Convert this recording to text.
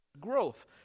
growth